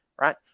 Right